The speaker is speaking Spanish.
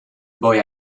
voy